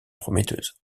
prometteuse